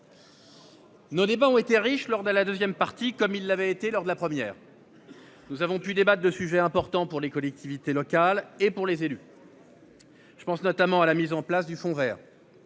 Nos débats ont été riches lors de la deuxième partie comme il l'avait été, lors de la première. Nous avons pu débattent de sujets importants pour les collectivités locales et pour les élus.-- Je pense notamment à la mise en place du fond Vert.